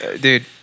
Dude